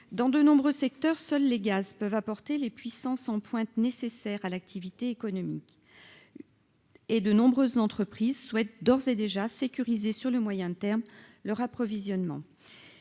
dans de nombreux secteurs, seuls les gaz peuvent apporter les puissances en pointe nécessaires à l'activité économique et de nombreuses entreprises souhaitent d'ores et déjà sécurisé sur le moyen terme leur approvisionnement,